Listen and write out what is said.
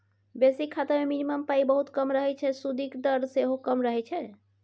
basic खाता मे minimum पाइ बहुत कम रहय छै सुदिक दर सेहो कम रहय छै